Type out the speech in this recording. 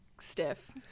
stiff